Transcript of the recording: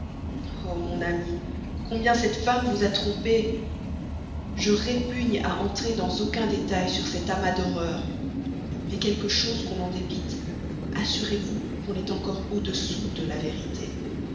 mon amie combien cette femme vous a trompée je répugne à entrer dans aucun détail sur cet amas d'horreurs mais quelque chose qu'on en débite assurez-vous qu'on est encore au-dessous de la vérité